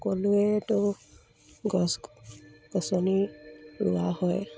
সকলোৱেতো গছ গছনি ৰোৱা হয়